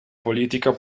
politica